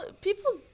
people